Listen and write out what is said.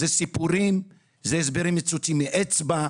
זה סיפורים והסברים מצוצים מאצבע.